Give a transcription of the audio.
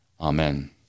Amen